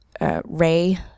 Ray